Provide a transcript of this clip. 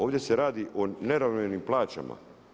Ovdje se radi o neravnomjernim plaćanja.